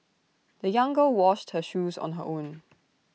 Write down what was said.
the young girl washed her shoes on her own